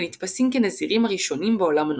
ונתפסים כנזירים הראשונים בעולם הנוצרי.